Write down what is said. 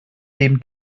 dem